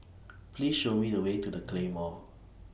Please Show Me The Way to The Claymore